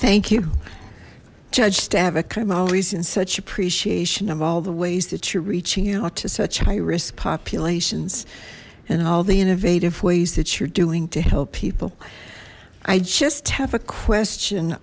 thank you judge tabak i'm always in such appreciation of all the ways that you're reaching out to such high risk populations and all the innovative ways that you're doing to help people i just have a question